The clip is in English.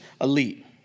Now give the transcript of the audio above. elite